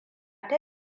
ta